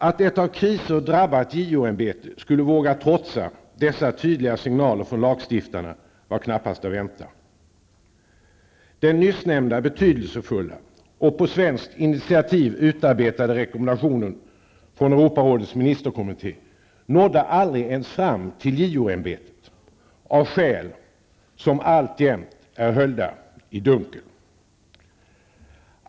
Att ett av kriser drabbat JO--ämbete skulle våga trotsa dessa tydliga signaler från lagstiftarna var knappast att vänta. Den nyssnämnda betydelsefulla och på svenskt initiativ utarbetade rekommendationen från Europarådets ministerkommitté nådde aldrig ens fram till JO ämbetet, av skäl som alltjämt är höljda i dunkel.